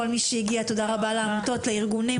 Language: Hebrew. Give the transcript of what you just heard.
שמחה לפתוח את ועדת החינוך,